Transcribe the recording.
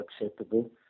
acceptable